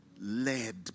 led